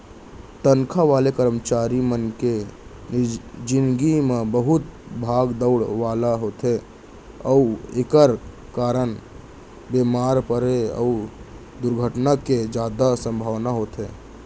तनखा वाले करमचारी मन के निजगी ह बहुत भाग दउड़ वाला होथे अउ एकर कारन बेमार परे अउ दुरघटना के जादा संभावना होथे